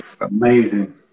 Amazing